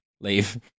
Leave